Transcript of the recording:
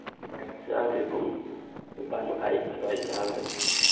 ꯆꯥꯗ꯭ꯔꯤ ꯄꯨꯡ ꯅꯤꯄꯥꯟ ꯃꯈꯥꯏ ꯑꯗꯥꯏꯋꯥꯏ ꯆꯥꯒꯗꯣꯏꯅꯤ